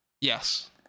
Yes